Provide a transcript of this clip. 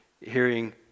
hearing